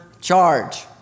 charge